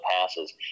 passes